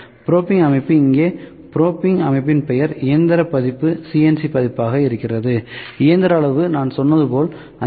probing அமைப்பு இங்கே probing அமைப்பின் பெயர் இயந்திர பதிப்பு CNC பதிப்பாக இருக்கிறது இயந்திர அளவு நான் சொன்னது போல் 5